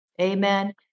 amen